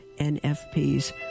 NFP's